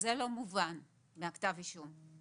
וזה לא מובן מכתב האישום.